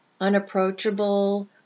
unapproachable